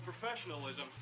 professionalism